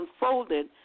unfolded